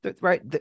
Right